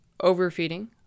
overfeeding